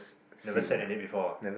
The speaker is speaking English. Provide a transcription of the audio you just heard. never sat in it before